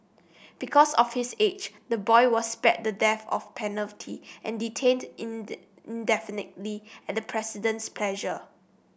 because of his age the boy was spared the death of penalty and detained indefinitely at the president's pleasure